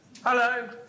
Hello